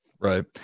Right